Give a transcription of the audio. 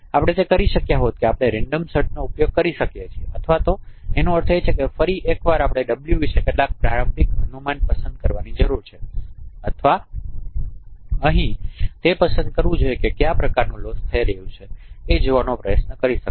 આપણે તે કરી શક્યા હોત કે આપણે રેન્ડમ સર્ચનો ઉપયોગ કરી શકીએ અથવા તો તેનો અર્થ એ કે ફરી એક વાર આપણે w વિશે કેટલાક પ્રારંભિક અનુમાન પસંદ કરવાની જરૂર છે અથવા અહીં તે પસંદ કરવું જોઈએ કે કયા પ્રકારનું લોસ થઈ રહ્યું છે તે જોવાનો પ્રયત્ન કરી શકાય